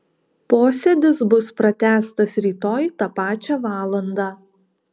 posėdis bus pratęstas rytoj tą pačią valandą